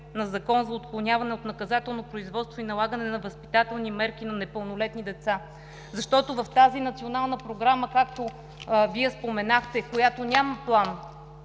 на закон за отклоняване от наказателно производство и налагане на възпитателни мерки на непълнолетни деца. Защото в тази Национална програма, както Вие споменахте, която няма план,